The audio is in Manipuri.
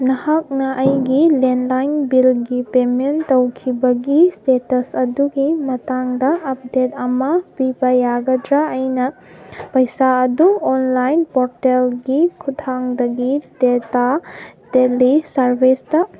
ꯅꯍꯥꯛꯅ ꯑꯩꯒꯤ ꯂꯦꯟꯂꯥꯏꯟ ꯕꯤꯜꯒꯤ ꯄꯦꯃꯦꯟ ꯇꯧꯈꯤꯕꯒꯤ ꯏꯁꯇꯦꯇꯁ ꯑꯗꯨꯒꯤ ꯃꯇꯥꯡꯗ ꯑꯞꯗꯦꯗ ꯑꯃ ꯄꯤꯕ ꯌꯥꯒꯗ꯭ꯔꯥ ꯑꯩꯅ ꯄꯩꯁꯥ ꯑꯗꯨ ꯑꯣꯟꯂꯥꯏꯟ ꯄꯣꯔꯇꯦꯜꯒꯤ ꯈꯨꯠꯊꯥꯡꯗꯒꯤ ꯗꯦꯇꯥ ꯇꯦꯜꯂꯤ ꯁꯥꯔꯕꯤꯁꯇ